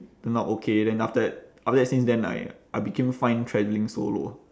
turn out okay then after that after that since then I I became fine travelling solo